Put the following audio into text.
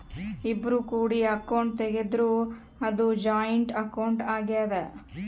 ಇಬ್ರು ಕೂಡಿ ಅಕೌಂಟ್ ತೆಗುದ್ರ ಅದು ಜಾಯಿಂಟ್ ಅಕೌಂಟ್ ಆಗ್ಯಾದ